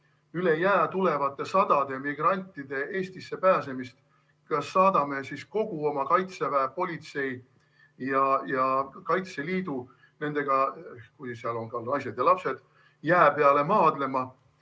üle jää tulevate sadade migrantide Eestisse pääsemist. Kas saadame kogu oma Kaitseväe, politsei ja Kaitseliidu nendega, kui seal on ka naised ja lapsed, jää peale maadlema